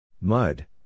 Mud